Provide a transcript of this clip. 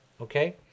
okay